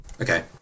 Okay